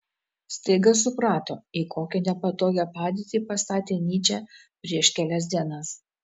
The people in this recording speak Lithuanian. staiga suprato į kokią nepatogią padėtį pastatė nyčę prieš kelias dienas